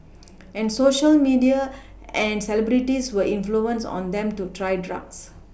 and Social media and celebrities were influences on them to try drugs